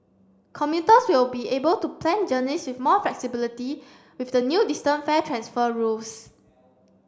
commuters will be able to plan journeys with more flexibility with the new distance fare transfer rules